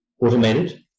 automated